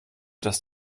dass